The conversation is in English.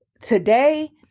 today